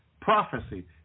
Prophecy